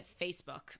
Facebook